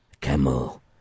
Camel